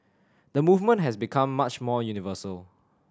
the movement has become much more universal